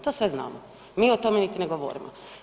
To sve znamo, mi o tome niti ne govorimo.